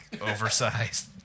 oversized